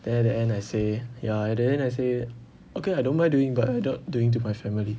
then at the end I say ya at the end I say okay I don't mind doing but I not doing to my family